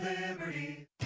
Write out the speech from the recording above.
Liberty